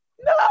no